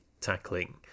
tackling